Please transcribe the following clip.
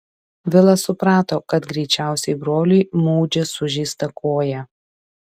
vilas suprato kad greičiausiai broliui maudžia sužeistą koją